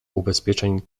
ubezpieczeń